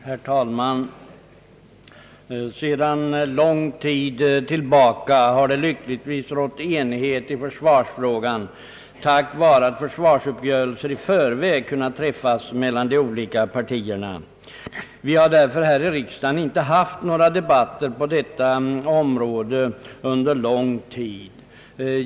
Herr talman! Sedan lång tid tillbaka har det lyckligtvis rått enighet i försvarsfrågan tack vare att försvarsuppgörelser i förväg kunnat träffas mellan de olika partierna. Vi har därför här i riksdagen inte haft några debatter på detta område under lång tid.